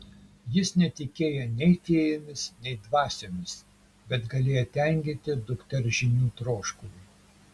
jis netikėjo nei fėjomis nei dvasiomis bet galėjo tenkinti dukters žinių troškulį